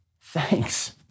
Thanks